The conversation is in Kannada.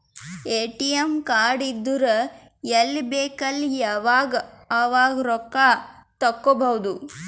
ಎ.ಟಿ.ಎಮ್ ಕಾರ್ಡ್ ಇದ್ದುರ್ ಎಲ್ಲಿ ಬೇಕ್ ಅಲ್ಲಿ ಯಾವಾಗ್ ಅವಾಗ್ ರೊಕ್ಕಾ ತೆಕ್ಕೋಭೌದು